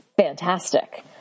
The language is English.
Fantastic